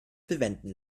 bewenden